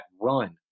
run